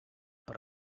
per